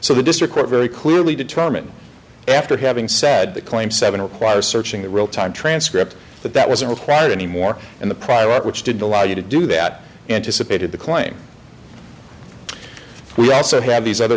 so the district court very clearly determine after having said that claim seven require searching the real time transcript but that wasn't required any more than the prior art which did allow you to do that anticipated the claim we also have these other